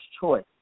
choice